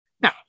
Now